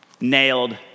nailed